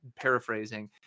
paraphrasing